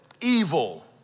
evil